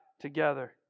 together